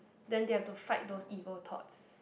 then they have to fight those evil thoughts